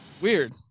Weird